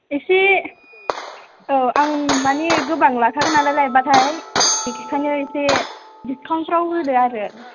एसे औ आं माने गोबां लाखागोन नालाय लायबाथाय बिदिखायनो एसे दिसकाउन्टफोराव होदो आरो